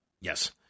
Yes